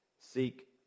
seek